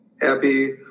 happy